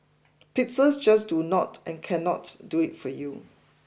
Pixels just do not and cannot do it for you